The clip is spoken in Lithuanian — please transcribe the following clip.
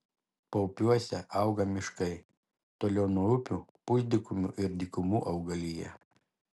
paupiuose auga miškai toliau nuo upių pusdykumių ir dykumų augalija